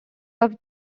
have